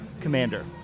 commander